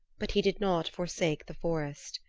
but he did not forsake the forest.